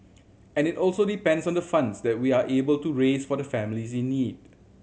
and it also depends on the funds that we are able to raise for the families in need